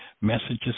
messages